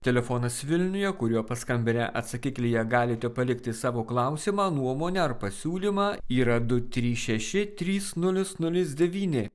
telefonas vilniuje kuriuo paskambinę atsakiklyje galite palikti savo klausimą nuomonę ar pasiūlymą yra du trys šeši trys nulis nulis devyni